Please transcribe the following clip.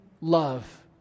love